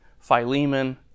Philemon